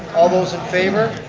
all those in favor?